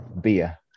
Beer